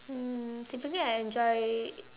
mm typically I enjoy